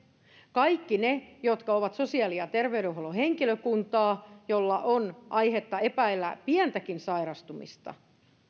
kaikki ne jotka ovat sosiaali ja terveydenhuollon henkilökuntaa joilla on aihetta epäillä pientäkin sairastumista